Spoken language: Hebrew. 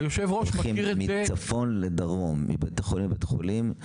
הולכים מצפון לדרום מבית חולים לבית חולים,